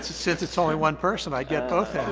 since it's only one person i get both